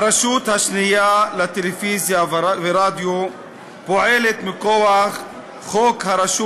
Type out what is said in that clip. הרשות השנייה לטלוויזיה ורדיו פועלת מכוח חוק הרשות